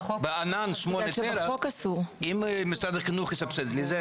8 טרה בענן אם משרד החינוך יסבסד לי את זה,